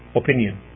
opinion